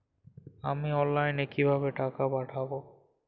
আমি অনলাইনে কিভাবে টাকা পাঠাব?